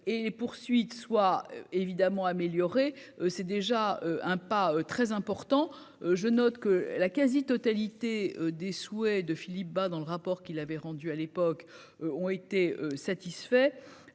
et poursuites soient évidemment améliorer, c'est déjà un pas très important, je note que la quasi-totalité des souhaits de Philippe Bas dans le rapport qu'il l'avait rendu à l'époque ont été satisfaits,